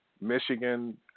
Michigan